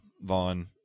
Vaughn